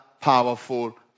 powerful